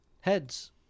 Heads